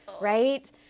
right